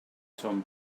son